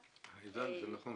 זה נכון.